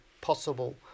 possible